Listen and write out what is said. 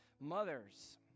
Mothers